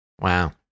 Wow